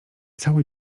cały